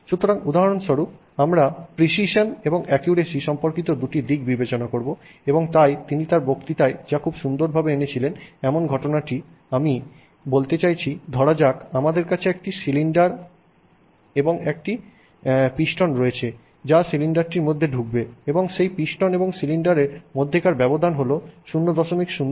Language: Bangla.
সুতরাং উদাহরণস্বরূপ আমরা প্রিসিশন এবং অ্যাকুরেসি সম্পর্কিত দুটি দিক বিবেচনা করব এবং তাই তিনি তাঁর বক্তৃতায় যা খুব সুন্দরভাবে এনেছিলেন এমন ঘটনাটি যা আমি বলতে চাইছি ধরা যাক আমাদের কাছে একটি সিলিন্ডার এবং একটি পিস্টন রয়েছে যা সিলিন্ডারটির মধ্যে ঢুকবে এবং সেই পিস্টন এবং সিলিন্ডার এর মধ্যকার ব্যবধান হলো 0001 মিলিমিটার